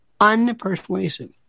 unpersuasive